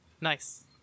Nice